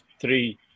three